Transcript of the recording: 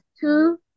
two